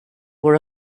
were